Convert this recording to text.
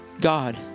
God